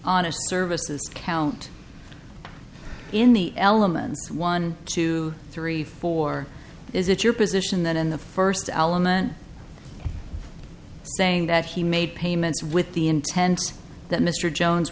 honest services count in the elements one two three four is it your position that in the first element saying that he made payments with the intent that mr jones